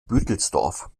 büdelsdorf